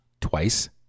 twice